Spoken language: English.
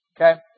Okay